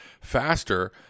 faster